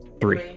Three